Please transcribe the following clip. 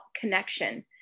connection